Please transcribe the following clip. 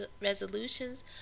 resolutions